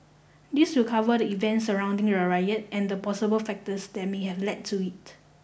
this will cover the events surrounding the riot and the possible factors that may have led to it